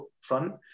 front